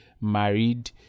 married